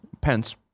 Pence